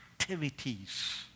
activities